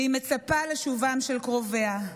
והיא מצפה לשובם של קרוביה.